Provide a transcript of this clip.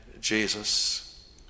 Jesus